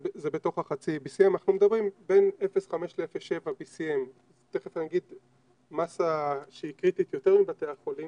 זה בתוך החצי BCM. אנחנו מדברים על בין 0.5 ל-0.7 BCM. תיכף אני אדבר על מסה שהיא קריטית יותר מבתי החולים,